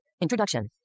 introduction